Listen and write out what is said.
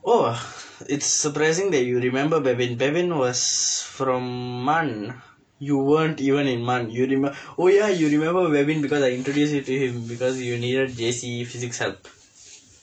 !whoa! it's surprising that you will remember baveen baveen was from MUN you weren't even in MUN you reme~ oh ya you remember baveen because I introduced you to him because you needed J_C physics help